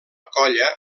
colla